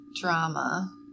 drama